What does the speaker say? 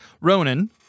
Ronan